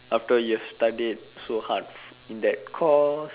after you've studied so hard in that course